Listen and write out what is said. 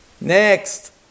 Next